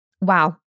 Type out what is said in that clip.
Wow